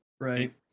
right